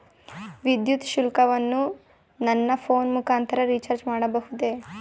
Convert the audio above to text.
ವಿದ್ಯುತ್ ಶುಲ್ಕವನ್ನು ನನ್ನ ಫೋನ್ ಮುಖಾಂತರ ರಿಚಾರ್ಜ್ ಮಾಡಬಹುದೇ?